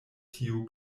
tiu